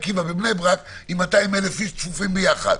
עקיבא בבני ברק עם 200 אלף איש צפופים ביחד.